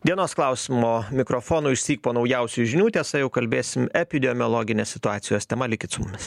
dienos klausimo mikrofonų išsyk po naujausių žinių tiesa jau kalbėsim epidemiologinės situacijos tema likit su mumis